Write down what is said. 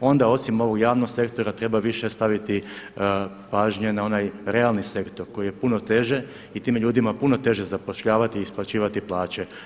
onda osim ovog javnog sektora treba više staviti pažnje na onaj realni sektor koji je puno teže i tim je ljudima puno teže zapošljavati i isplaćivati plaće.